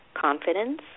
confidence